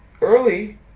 early